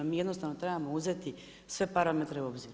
Mi jednostavno trebamo uzeti sve parametre u obzir.